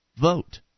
vote